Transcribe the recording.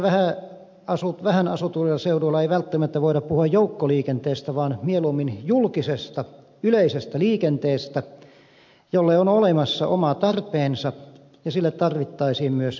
maaseudullahan ja vähänasutuilla seuduilla ei välttämättä voida puhua joukkoliikenteestä vaan mieluummin julkisesta yleisestä liikenteestä jolle on olemassa oma tarpeensa ja sille tarvittaisiin myös rahaa